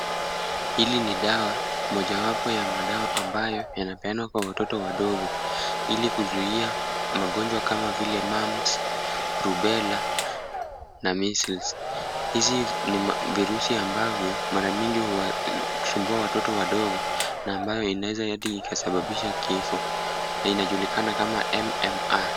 Hili ni dawa mojawapo ya madawa ambayo yanapeanwa kwa watoto wadogo, ili kuzuia magonjwa kama vile Mams, rubella, na measles . Hizi ni virusi ambavyo mara mingi huwa husumbua watoto wadogo, na ambayo inaweza hadi ikasababisha kifo. Na inajulikana kama MMR .